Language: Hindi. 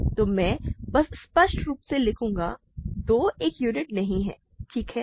तो मैं बस स्पष्ट रूप से लिखूंगा 2 एक यूनिट नहीं है ठीक है